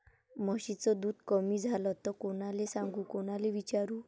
म्हशीचं दूध कमी झालं त कोनाले सांगू कोनाले विचारू?